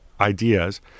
ideas